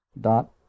Dot